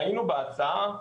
ראינו בהצעה,